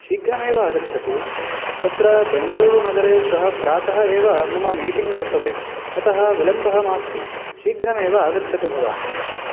शीघ्रमेव आगच्छतु तत्र बेङ्गलूरुनगरे श्वः प्रातः एव मम मीटिङ्ग् वर्तते अतः विलम्बः मास्तु शीघ्रमेव आगच्छतु भवान्